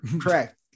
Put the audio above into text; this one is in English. Correct